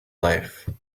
life